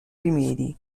rimedi